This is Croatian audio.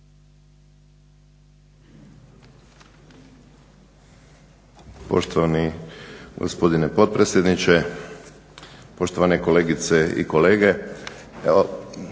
Poštovani gospodine potpredsjedniče, poštovane kolegice i kolege.